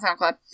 SoundCloud